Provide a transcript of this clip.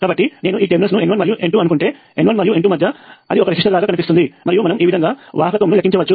కాబట్టి నేను ఈ టెర్మినల్స్ ను n1 మరియు n2 అని అనుకుంటే n1 మరియు n2 మధ్య అది ఒక రెసిస్టర్ లాగా కనిపిస్తుంది మరియు మనము ఈ విధంగా వాహకత్వమును లెక్కించవచ్చు